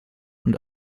und